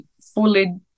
fully